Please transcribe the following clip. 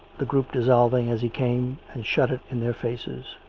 the group dissolving as he came, and shut it in their faces.